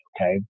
okay